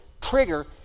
trigger